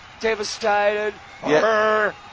devastated